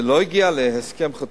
זה לא הגיע להסכם חתום,